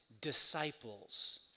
disciples